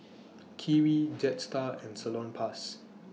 Kiwi Jetstar and Salonpas